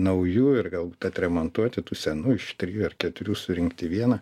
naujų ir galbūt atremontuoti tų senų iš trijų ar keturių surinkti į vieną